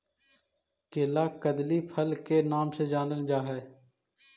केला कदली फल के नाम से जानल जा हइ